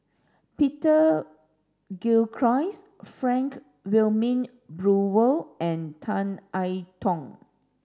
Peter Frank Wilmin Brewer and Tan I Tong